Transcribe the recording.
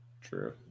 True